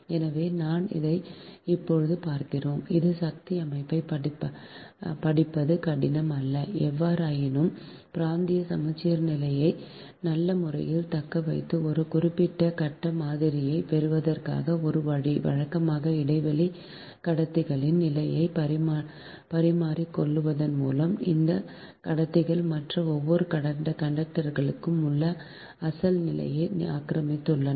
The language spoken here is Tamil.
எனவே நாம் இப்போது பார்த்திருக்கிறோம் இது சக்தி அமைப்பைப் படிப்பது கடினம் அல்ல எவ்வாறாயினும் பிராந்திய சமச்சீர்நிலையை நல்ல முறையில் தக்கவைத்து ஒரு குறிப்பிட்ட கட்ட மாதிரியைப் பெறுவதற்கான ஒரு வழி வழக்கமான இடைவெளியில் கடத்திகளின் நிலையை பரிமாறிக்கொள்வதன் மூலம் இந்த கடத்திகள் மற்ற ஒவ்வொரு கண்டக்டரின் உங்கள் அசல் நிலையை ஆக்கிரமித்துள்ளன